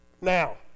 Now